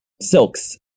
Silks